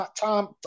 time